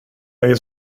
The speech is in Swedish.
dig